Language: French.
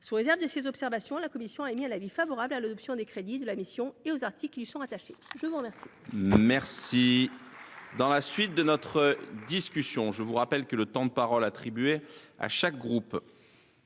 Sous réserve de ces observations, la commission a émis un avis favorable sur l’adoption des crédits de la mission et des articles qui lui sont rattachés. Mes chers